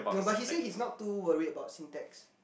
no but he say he's not too worry about syntax